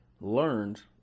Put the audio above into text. learned